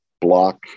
block